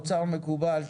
אוצר מקובל,